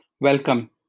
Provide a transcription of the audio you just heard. Welcome